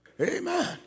Amen